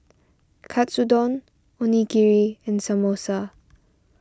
Katsudon Onigiri and Samosa